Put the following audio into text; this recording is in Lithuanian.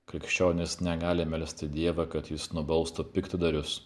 krikščionys negali melsti dievą kad jis nubaustų piktadarius